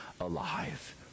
alive